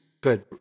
Good